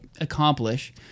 accomplish